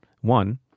One